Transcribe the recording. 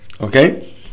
okay